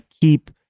keep